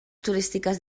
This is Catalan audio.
turístiques